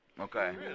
Okay